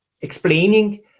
explaining